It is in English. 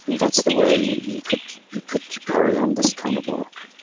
that's the way he could could carry on this kind of work.